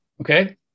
Okay